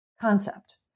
concept